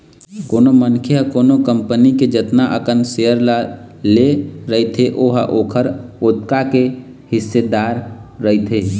कोनो मनखे ह कोनो कंपनी के जतना अकन सेयर ल ले रहिथे ओहा ओखर ओतका के हिस्सेदार रहिथे